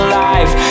life